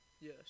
Yes